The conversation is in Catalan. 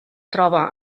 troba